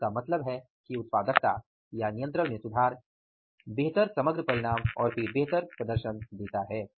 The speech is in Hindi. तो इसका मतलब है कि उत्पादकता या नियंत्रण में सुधार बेहतर समग्र परिणाम और फिर बेहतर प्रदर्शन देता है